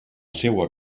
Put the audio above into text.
seua